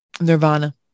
Nirvana